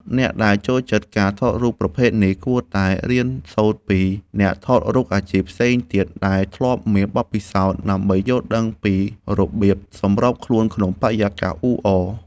អ្នកដែលចូលចិត្តការថតរូបប្រភេទនេះ គួរតែរៀនសូត្រពី អ្នកថតរូបអាជីពផ្សេងទៀតដែលធ្លាប់មានបទពិសោធន៍ ដើម្បីយល់ដឹងពីរបៀបសម្របខ្លួនក្នុងបរិយាកាសអ៊ូអរ។